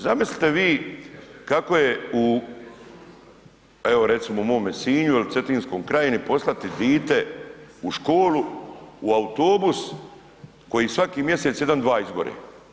Zamislite vi kako je evo recimo u mome Sinji ili Cetinskoj krajini poslati dite u školu u autobus koji svaki mjesec jedan, dva izgore?